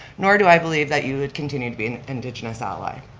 nor do i believe that you would continue to be an indigenous ally.